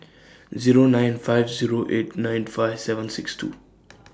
Zero nine five Zero eight nine five seven six two